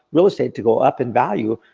real estate to go up in value.